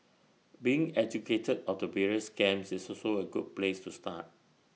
being educated of the various scams is also A good place to start